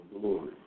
glory